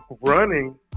running